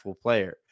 player